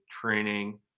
training